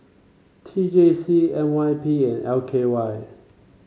T J C N Y P and L K Y